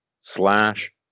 slash